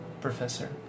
Professor